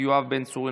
יואב בן צור,